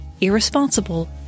irresponsible